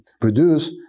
produce